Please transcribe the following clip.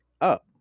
up